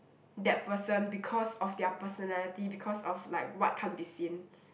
that person because of their personality because of like what can't be seen